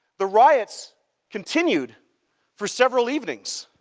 the riots continued for several evenings.